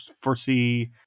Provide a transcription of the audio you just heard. foresee